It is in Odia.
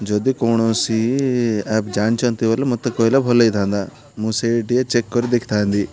ଯଦି କୌଣସି ଆପ୍ ଜାଣିଛନ୍ତି ବୋଲେ ମୋତେ କହିଲେ ଭଲ ହେଇଥାନ୍ତା ମୁଁ ସେଇ ଟିକେ ଚେକ୍ କରି ଦେଖିଥାନ୍ତି